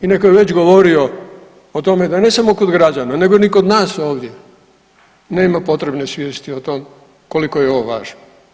I netko je već govorimo o tome ne samo kod građana, nego ni kod nas ovdje nema potrebne svijesti o tom koliko je ovo važno.